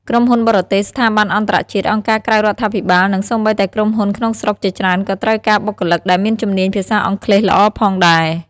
ក្រុមហ៊ុនបរទេស ស្ថាប័នអន្តរជាតិ អង្គការក្រៅរដ្ឋាភិបាល និងសូម្បីតែក្រុមហ៊ុនក្នុងស្រុកជាច្រើនក៏ត្រូវការបុគ្គលិកដែលមានជំនាញភាសាអង់គ្លេសល្អផងដែរ។